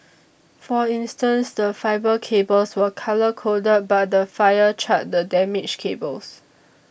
for instance the fibre cables were colour coded but the fire charred the damaged cables